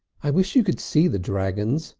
i wish you could see the dragons,